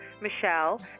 Michelle